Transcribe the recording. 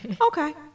Okay